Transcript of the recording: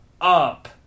up